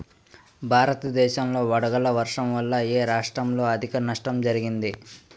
భారతదేశం లో వడగళ్ల వర్షం వల్ల ఎ రాష్ట్రంలో అధిక నష్టం జరిగింది?